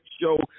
show